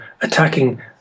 attacking